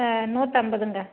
நூற்றம்பதுங்க